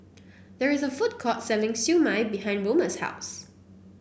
there is a food court selling Siew Mai behind Roma's house